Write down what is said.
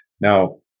Now